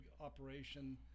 operation